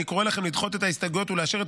אני קורא לכם לדחות את ההסתייגויות ולאשר את